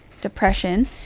depression